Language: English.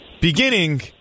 beginning